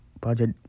budget